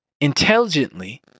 Intelligently